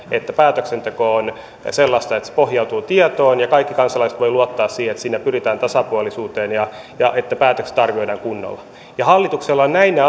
että päätöksenteko on sellaista että se pohjautuu tietoon ja kaikki kansalaiset voivat luottaa siihen että siinä pyritään tasapuolisuuteen ja ja että päätökset arvioidaan kunnolla hallituksella on näinä